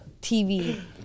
TV